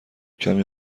کمی